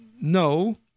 no